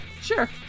sure